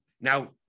Now